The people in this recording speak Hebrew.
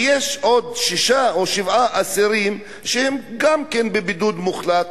ויש עוד שישה או שבעה אסירים שהם גם כן בבידוד מוחלט,